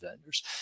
vendors